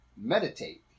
meditate